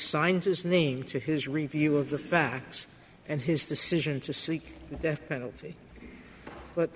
his name to his review of the facts and his decision to seek the death penalty but